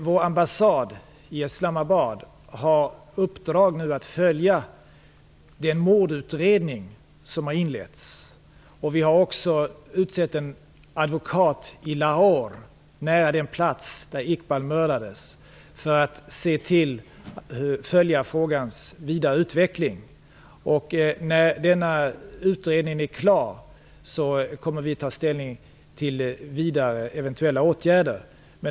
Vår ambassad i Islamabad har nu i uppdrag att följa den mordutredning som har inletts. Vi har också utsett en advokat i Lahore, nära den plats där Iqbar mördades, för att följa frågans vidare utveckling. När denna utredning är klar kommer vi att ta ställning till vidare eventuella åtgärder.